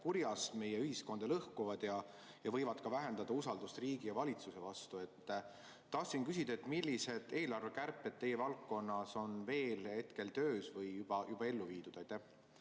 kurjast, meie ühiskonda lõhkuvad ja võivad vähendada ka usaldust riigi ja valitsuse vastu. Tahtsin küsida, millised eelarvekärped teie valdkonnas on hetkel veel töös või juba ellu viidud. Aitäh,